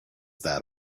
that